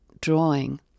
drawing